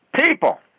people